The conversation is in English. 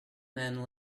men